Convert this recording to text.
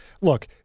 Look